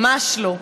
ממש לא.